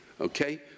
okay